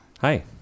Hi